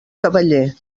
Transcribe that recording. cavaller